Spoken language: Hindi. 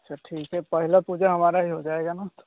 अच्छा ठीक है पहली पूजा हमारी ही हो जाएगी ना